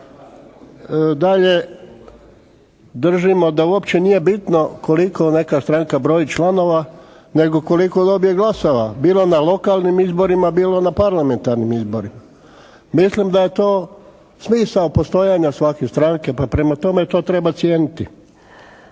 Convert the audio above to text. Dalje, držimo da uopće nije bitno koliko neka stranka broji članova nego koliko dobije glasova, bilo na lokalnim izborima bilo na parlamentarnim izborima. Mislim da je to smisao postojanja svake stranke. Pa prema tome, to treba cijeniti.